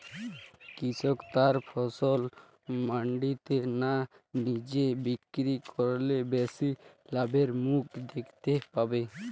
কৃষক তার ফসল মান্ডিতে না নিজে বিক্রি করলে বেশি লাভের মুখ দেখতে পাবে?